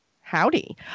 Howdy